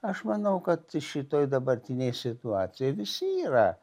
aš manau kad šitoj dabartinėj situacijoj visi yra